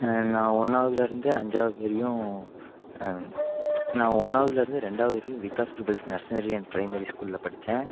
நான் ஒன்றாவதுலருந்து அஞ்சாவது வரையும் நான் ஒன்றாவதுலருந்து ரெண்டாவது வரையும் விகாஸ் பிரபள்ஸ் நர்சரி அண்ட் பிரைமரி ஸ்கூலில் படித்தேன்